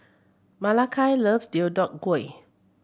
Malakai love Deodeok Gui